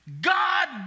God